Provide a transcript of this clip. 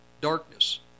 darkness